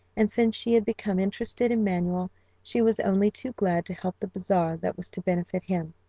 and since she had become interested in manuel she was only too glad to help the bazaar that was to benefit him.